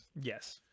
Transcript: Yes